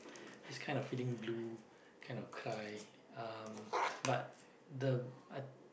it's kind of feeling blue kind of cry um but the